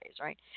right